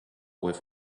with